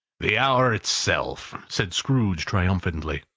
the hour itself, said scrooge, triumphantly,